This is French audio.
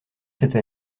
cette